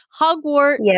Hogwarts